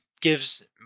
gives